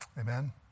Amen